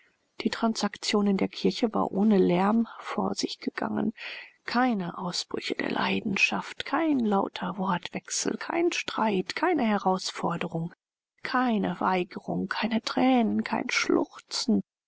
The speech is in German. die transaktion in der kirche war ohne lärm vor sich gegangen keine ausbrüche der leidenschaft kein lauter wortwechsel kein streit keine herausforderung keine weigerung keine thränen kein schluchzen